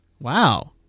Wow